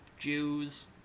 Jews